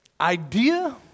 idea